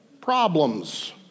problems